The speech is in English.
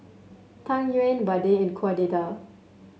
Tang Yuen vadai and Kueh Dadar